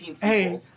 Hey